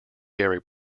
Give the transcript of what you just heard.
dairy